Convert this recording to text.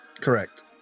correct